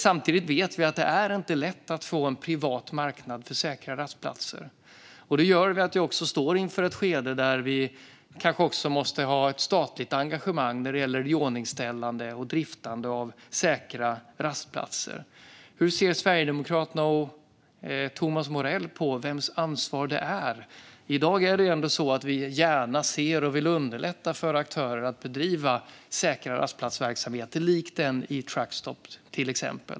Samtidigt vet vi att det inte är lätt att få en privat marknad för säkra rastplatser, och det gör att vi står inför ett skede där vi kanske också måste ha ett statligt engagemang när det gäller iordningställande och driftande av säkra rastplatser. Hur ser Sverigedemokraterna och Thomas Morell på vems ansvar det är? I dag ser vi ändå gärna och vill underlätta för aktörer att bedriva säkra rastplatsverksamheter likt exempelvis Truckstop.